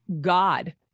God